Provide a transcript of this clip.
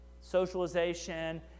socialization